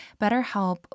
BetterHelp